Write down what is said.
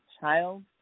child